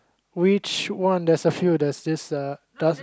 which one does there's a few there's this uh